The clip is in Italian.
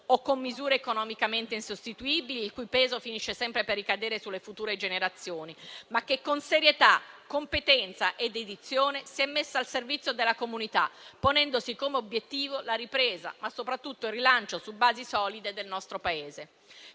o con misure economicamente insostenibili, il cui peso finisce sempre per ricadere sulle future generazioni, ma che con serietà, competenza e dedizione si è messa al servizio della comunità, ponendosi come obiettivo la ripresa, ma soprattutto il rilancio su basi solide del nostro Paese.